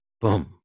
boom